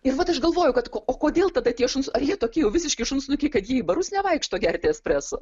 ir vat aš galvoju kad o kodėl tada tie šun ar jie tokie jau visiški šunsnukiai kad jį barus nevaikšto gerti espreso